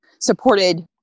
supported